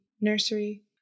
nursery